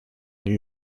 new